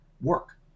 work